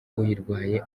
uyirwaye